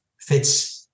fits